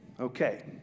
Okay